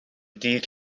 dydd